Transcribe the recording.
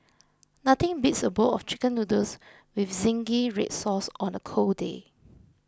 nothing beats a bowl of Chicken Noodles with Zingy Red Sauce on a cold day